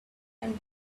and